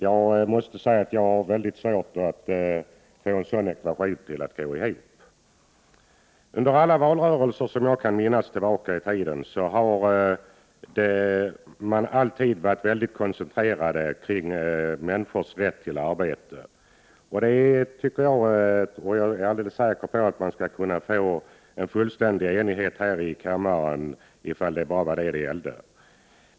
Jag måste säga att jag har väldigt svårt att få en sådan ekvation att gå ihop. Under alla valrörelser som jag kan minnas har man koncentrerat sig på människors rätt till arbete. Och jag är alldeles säker på att vi skulle få full enighet här i kammaren om det bara var detta det gällde.